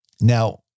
Now